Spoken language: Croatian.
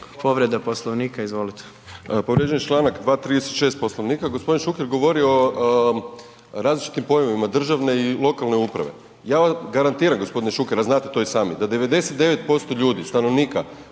Povreda Poslovnika, izvolite.